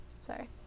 Sorry